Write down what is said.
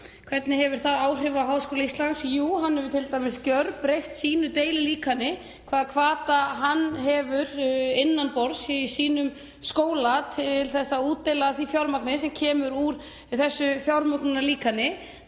Hvernig hefur það áhrif á Háskóla Íslands? Jú, hann hefur t.d. gjörbreytt sínu deililíkani og því hvaða hvata hann hefur innan borðs í sínum skóla til að útdeila því fjármagni sem kemur úr þessu fjármögnunarlíkani.